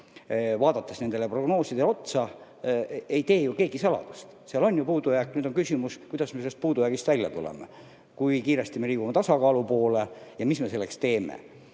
vaadates nendele prognoosidele otsa – keegi ei tee ju saladust, et seal oli puudujääk. Nüüd on küsimus, kuidas me sellest puudujäägist välja tuleme, kui kiiresti me liigume tasakaalu poole ja mis me selleks teeme.